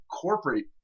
corporate